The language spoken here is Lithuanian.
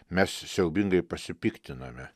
mes siaubingai pasipiktinome